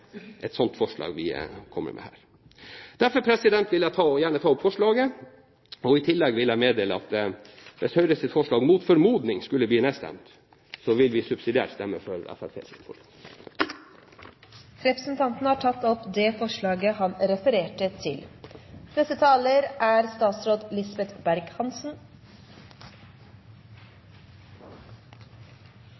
et slikt forslag vi har kommet med. Derfor vil jeg gjerne ta opp forslaget, og i tillegg vil jeg meddele at hvis Høyres forslag, mot formodning, skulle bli nedstemt, vil vi subsidiært stemme for Fremskrittspartiets forslag. Representanten Frank Bakke-Jensen har tatt opp det forslaget han refererte til. Det er